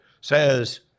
says